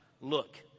look